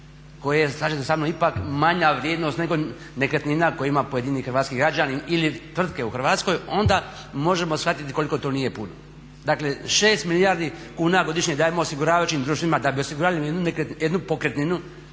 koje je slažem se samnom ipak manja vrijednost nego nekretnina koju ima pojedini hrvatski građanin ili tvrtke u Hrvatskoj onda možemo shvatiti koliko to nije puno. Dakle, 6 milijardi kuna godišnje dajemo osiguravajućim društvima da bi osigurali jednu pokretninu